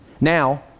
Now